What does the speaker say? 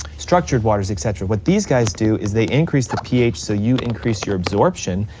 structured waters, et cetera, what these guys do is they increase the ph so you increase your absorption,